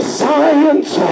science